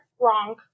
wrong